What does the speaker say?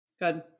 good